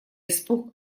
испуг